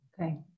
Okay